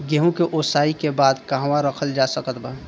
गेहूँ के ओसाई के बाद कहवा रखल जा सकत बा?